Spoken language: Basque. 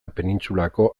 penintsulako